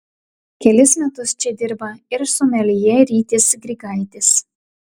kelis metus čia dirba ir someljė rytis grigaitis